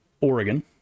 Oregon